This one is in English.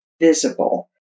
visible